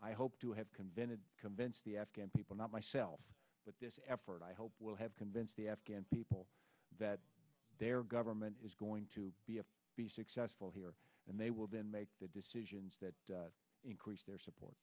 i hope to have convention convince the afghan people not myself but this effort i hope will have convinced the afghan people that their government is going to be successful here and they will then make the decisions that increase their support